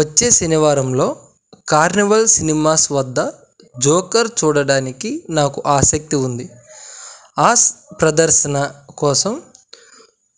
వచ్చే శనివారంలో Carnival Cinemas వద్ద జోకర్ చూడడానికి నాకు ఆసక్తి ఉంది ఆస్ ప్రదర్శన కోసం